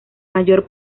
mayor